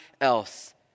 else